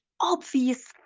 obvious